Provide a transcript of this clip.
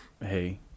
Hey